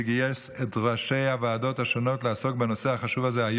שגייס את ראשי הוועדות השונות לעסוק היום